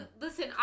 Listen